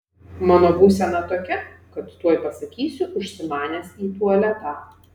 mano būsena tokia kad tuoj pasakysiu užsimanęs į tualetą